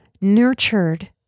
nurtured